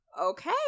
okay